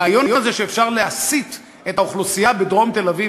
הרעיון הזה שאפשר להסית את האוכלוסייה בדרום תל-אביב